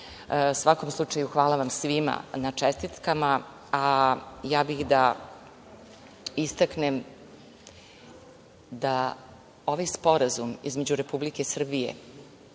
svakom slučaju, hvala vam svima na čestitkama, a ja bih da istaknem da ovaj Sporazum između Republike Srbije